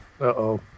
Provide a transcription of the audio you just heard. Uh-oh